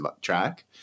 track